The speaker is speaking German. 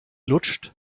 lutscht